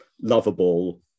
lovable